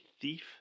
thief